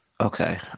okay